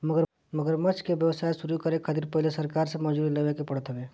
मगरमच्छ के व्यवसाय शुरू करे खातिर पहिले सरकार से मंजूरी लेवे के पड़त हवे